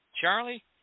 Charlie